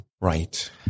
right